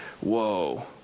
whoa